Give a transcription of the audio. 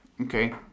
Okay